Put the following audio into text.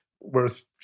worth